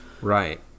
Right